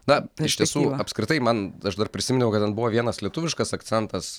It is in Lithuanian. na iš tiesų apskritai man aš dar prisiminiau kad ten buvo vienas lietuviškas akcentas